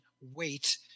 wait